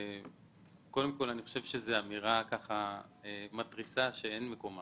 אני חושב שזו אמירה מתריסה שאין לה מקום.